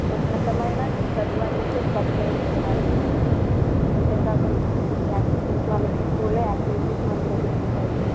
ఉన్నతమైన చదువు అందించే ఉపాధ్యాయులు ఉన్నారండి అంతే కాకుండా యాక్టివ్ వాళ్ళకి స్కూల్లో యాక్టివిటీస్ మంచిగా జరుగుతాయి